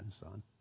Son